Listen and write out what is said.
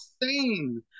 insane